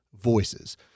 voices